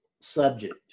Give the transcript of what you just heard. subject